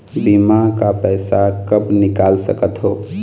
बीमा का पैसा कब निकाल सकत हो?